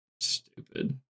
Stupid